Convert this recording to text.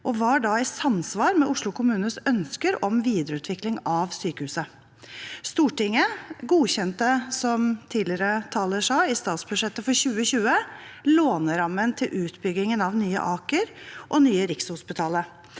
og var da i samsvar med Oslo kommunes ønsker om videreutvikling av sykehuset. Stortinget godkjente, som tidligere taler sa, i statsbudsjettet for 2020 lånerammen til utbyggingen av nye Aker og nye Rikshospitalet.